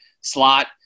slot